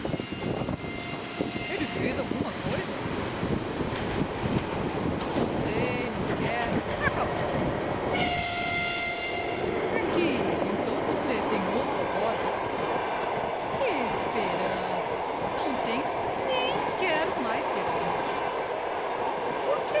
ele fez-lhe alguma não sei não quero acabou-se é que então você tem outro agora que esperança não tenho nem quero mais ter homem